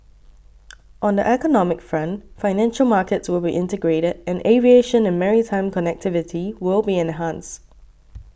on the economic front financial markets will be integrated and aviation and maritime connectivity will be enhanced